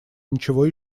ничего